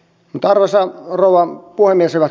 arvoisa rouva puhemies